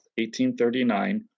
1839